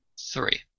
three